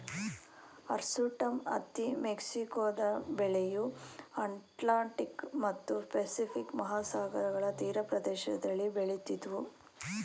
hirsutum ಹತ್ತಿ ಮೆಕ್ಸಿಕೊದ ಬೆಳೆಯು ಅಟ್ಲಾಂಟಿಕ್ ಮತ್ತು ಪೆಸಿಫಿಕ್ ಮಹಾಸಾಗರಗಳ ತೀರಪ್ರದೇಶದಲ್ಲಿ ಬೆಳಿತಿದ್ವು